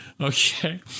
Okay